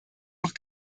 auch